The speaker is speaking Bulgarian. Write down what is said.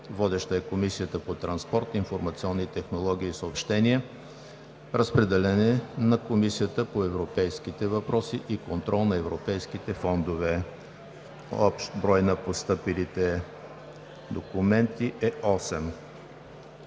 Водеща е Комисията по транспорт, информационни технологии и съобщения. Разпределен е на Комисията по европейските въпроси и контрол на европейските фондове. Общият брой на постъпилите документи е